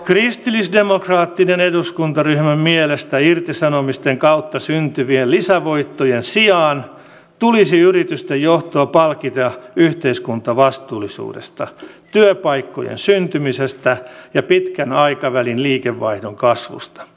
kristillisdemokraattisen eduskuntaryhmän mielestä irtisanomisten kautta syntyvien lisävoittojen sijaan tulisi yritysten johtoa palkita yhteiskuntavastuullisuudesta työpaikkojen syntymisestä ja pitkän aikavälin liikevaihdon kasvusta